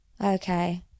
Okay